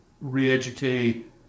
re-educate